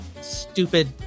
stupid